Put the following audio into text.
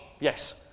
Yes